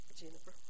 Jennifer